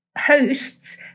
hosts